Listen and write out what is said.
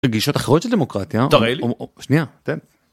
בגישות אחרות של דמוקרטיה, תראה לי, שנייה, תן.